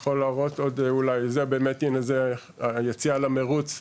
פה זו היציאה למרוץ שעשינו.